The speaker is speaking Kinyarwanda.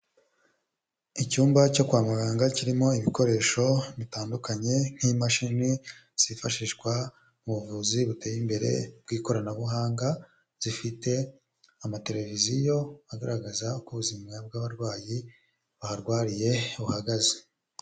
Icyumba cyo kwa muganga kirimo ibikoresho bitandukanye nk'imashini zifashishwa mu buvuzi buteye imbere bw'ikoranabuhanga zifite amateleviziyo agaragaza uko ubuzima bw'abarwayi baharwariye buhagaze.